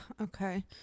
Okay